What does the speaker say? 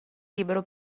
libero